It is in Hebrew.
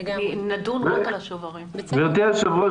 גבירתי היו"ר,